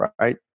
right